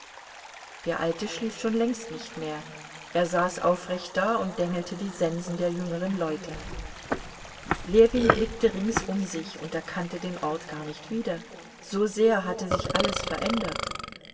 der alte schlief schon längst nicht mehr er saß aufrecht da und dengelte die sensen der jüngeren leute ljewin blickte rings um sich und erkannte den ort gar nicht wieder so sehr hatte sich alles verändert